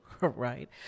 Right